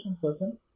person